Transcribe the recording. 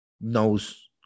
knows